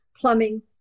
plumbing